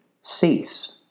cease